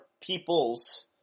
people's